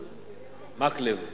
סגן היושב-ראש מקלב.